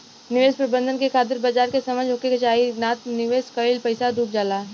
निवेश प्रबंधन के खातिर बाजार के समझ होखे के चाही नात निवेश कईल पईसा डुब जाला